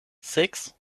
six